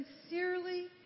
sincerely